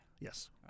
Yes